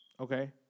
Okay